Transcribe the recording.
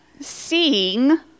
seeing